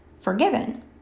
forgiven